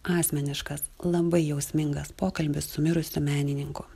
asmeniškas labai jausmingas pokalbis su mirusiu menininku